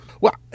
Well